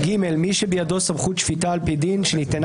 (ג)(1) מי שבידו סמכות שפיטה על פי דין שנטענה